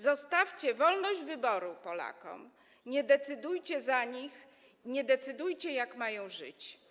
Zostawcie wolność wyboru Polakom, nie decydujcie za nich, nie decydujcie, jak mają żyć.